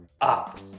up